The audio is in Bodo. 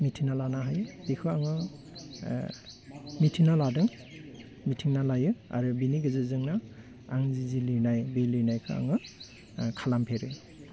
मिथिना लानो हायो बेखौ आङो मिथिना लादों मिथिना लायो आरो बिनि गेजेरजोंनो आंनि जि लिरनाय बि लिरनायखौ आङो खालामफेरो